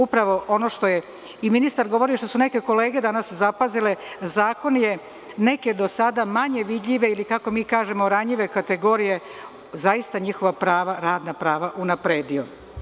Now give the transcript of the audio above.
Upravo ono što je ministar govorio i što su neke kolege danas zapazile, zakon je neke do sada manje vidljive ili, kako mi kažemo, ranjive kategorije, zaista njihova radna prava unapredio.